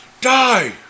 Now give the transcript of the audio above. Die